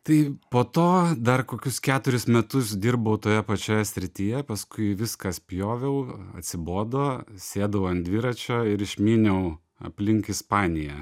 tai po to dar kokius keturis metus dirbau toje pačioje srityje paskui viską spjoviau atsibodo sėdau ant dviračio ir išmyniau aplink ispaniją